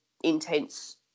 intense